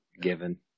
given